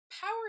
power